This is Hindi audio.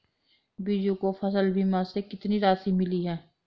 बीजू को फसल बीमा से कितनी राशि मिली है?